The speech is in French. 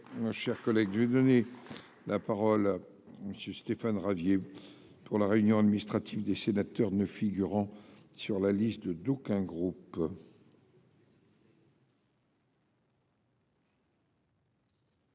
cher collègue donner. La parole monsieur Stéphane Ravier pour la réunion administrative des sénateurs ne figurant sur la liste de d'aucun groupe.